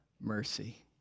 mercy